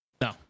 No